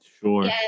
Sure